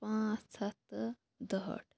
پانٛژھ ہَتھ تہٕ دُہٲٹھ